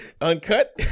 uncut